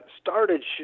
started